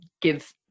give